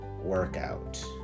workout